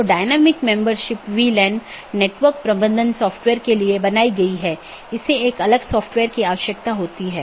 तीसरा वैकल्पिक सकर्मक है जो कि हर BGP कार्यान्वयन के लिए आवश्यक नहीं है